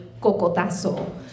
cocotazo